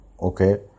Okay